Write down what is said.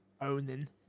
owning